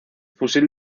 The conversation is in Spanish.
fusil